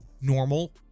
normal